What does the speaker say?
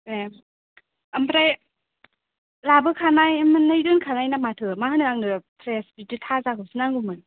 एह आमफ्राय लाबोखानाय आमफ्राय दोनखानाय न माथो आमफ्राय मा होनो आंनो फ्रेस बिदि ताजाखौसो नांगौ मोन